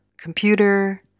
computer